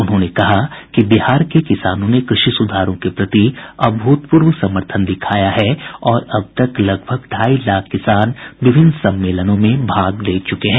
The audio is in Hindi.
उन्होंने कहा कि बिहार के किसानों ने कृषि सुधारों के प्रति अभूतपूर्व समर्थन दिखाया है और अब तक लगभग ढ़ाई लाख किसान विभिन्न सम्मेलनों में भाग ले चुके हैं